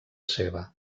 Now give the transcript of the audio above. seva